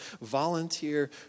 volunteer